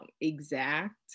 exact